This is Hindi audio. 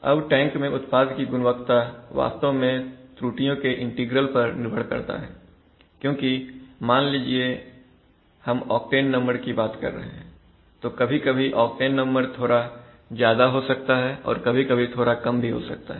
अब टैंक में उत्पाद की गुणवत्ता वास्तव में त्रुटियों के इंटीग्रल पर निर्भर करता है क्योंकि मान लीजिए हम ऑक्टेन नंबर की बात कर रहे हैं तो कभी कभी ऑक्टेन नंबर थोड़ा ज्यादा हो सकता है और कभी कभी थोड़ा कम भी हो सकता है